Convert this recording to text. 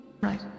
Right